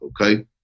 okay